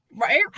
right